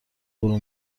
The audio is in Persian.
برو